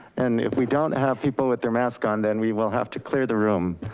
and if we don't have people with their mask on, then we will have to clear the room.